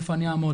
ואיפה אני אעמוד,